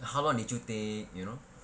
how long did you take you know